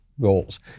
Goals